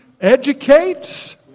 educates